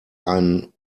einen